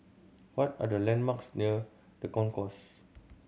what are the landmarks near The Concourse